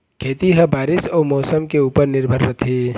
खेती ह बारीस अऊ मौसम के ऊपर निर्भर रथे